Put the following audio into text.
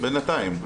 בינתיים.